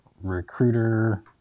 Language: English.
recruiter